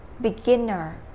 beginner